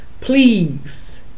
Please